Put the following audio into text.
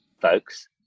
folks